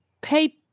pay